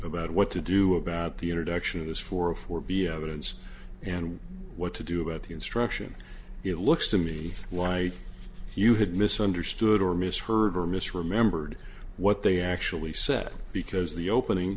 about what to do about the introduction of this for a for be evidence and what to do about the instruction it looks to me why you had misunderstood or misheard or mis remembered what they actually said because the opening